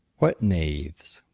what knaves,